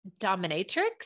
dominatrix